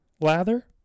lather